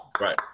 Right